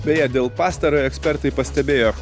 beje dėl pastarojo ekspertai pastebėjo